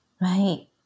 Right